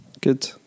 Good